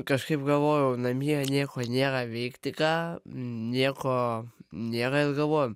kažkaip galvojau namie nieko nėra veikti ką nieko nėra ir galvoju